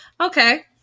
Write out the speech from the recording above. Okay